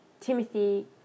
Timothy